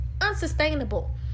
unsustainable